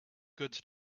goods